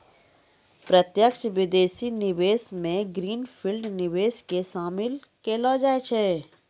प्रत्यक्ष विदेशी निवेश मे ग्रीन फील्ड निवेश के शामिल केलौ जाय छै